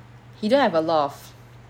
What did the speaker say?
he don't have a lot of